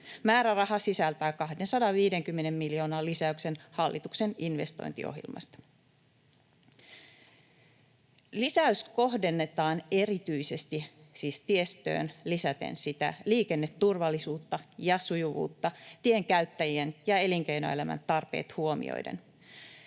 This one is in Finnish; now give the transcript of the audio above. Määräraha sisältää 250 miljoonan lisäyksen hallituksen investointiohjelmasta. Lisäys kohdennetaan erityisesti siis tiestöön lisäten sitä liikenneturvallisuutta ja ‑sujuvuutta tienkäyttäjien ja elinkeinoelämän tarpeet huomioiden.